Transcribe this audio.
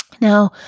Now